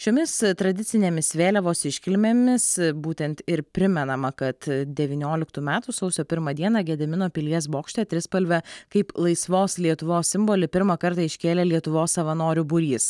šiomis tradicinėmis vėliavos iškilmėmis būtent ir primenama kad devynioliktų metų sausio pirmą dieną gedimino pilies bokšte trispalvę kaip laisvos lietuvos simbolį pirmą kartą iškėlė lietuvos savanorių būrys